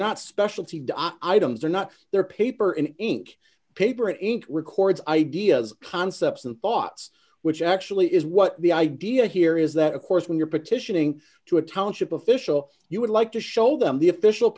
not specialty items are not they're paper and ink paper ink records ideas concepts and thoughts which actually is what the idea here is that of course when you're petitioning to a township official you would like to show them the official